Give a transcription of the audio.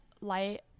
light